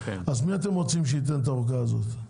אז מי אתם רוצים שייתן את האורכה הזאת?